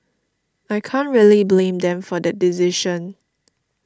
I can't really blame them for that decision